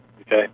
Okay